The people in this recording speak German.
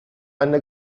einer